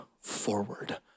forward